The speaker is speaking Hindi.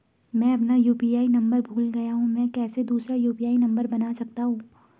मैं अपना यु.पी.आई नम्बर भूल गया हूँ मैं कैसे दूसरा यु.पी.आई नम्बर बना सकता हूँ?